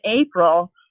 April